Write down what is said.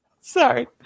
Sorry